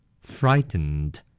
Frightened